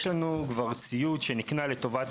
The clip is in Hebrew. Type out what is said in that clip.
יש לנו ציוד שנקנה לטובת